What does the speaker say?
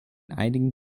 einigen